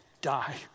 die